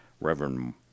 Reverend